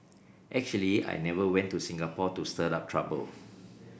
actually I never went to Singapore to stir up trouble